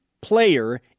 player